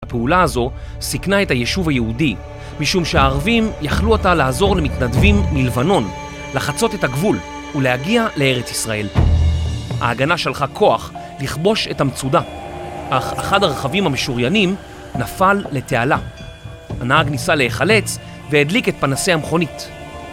הפעולה הזו סיכנה את היישוב היהודי משום שהערבים יכלו עתה לעזור למתנדבים מלבנון, לחצות את הגבול ולהגיע לארץ ישראל. ההגנה שלחה כוח לכבוש את המצודה, אך אחד הרכבים המשוריינים נפל לתעלה. הנהג ניסה להיחלץ והדליק את פנסי המכונית.